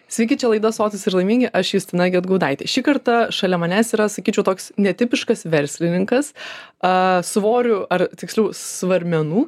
sveiki čia laida sotūs ir laimingi aš justina gedgaudaitė šį kartą šalia manęs yra sakyčiau toks netipiškas verslininkas a svorių ar tiksliau svarmenų